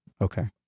Okay